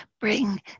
bring